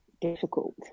difficult